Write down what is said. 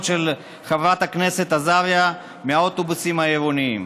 של חברת הכנסת עזריה מהאוטובוסים העירוניים.